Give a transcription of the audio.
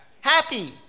happy